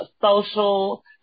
social